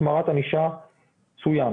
החמרת ענישה צוין.